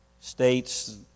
states